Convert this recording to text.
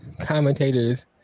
commentators